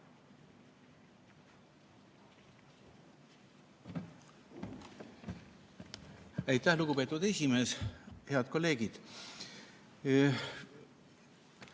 Aitäh, lugupeetud esimees! Head kolleegid!